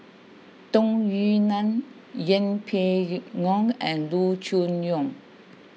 Tung Yue Nang Yeng Pway Ngon and Loo Choon Yong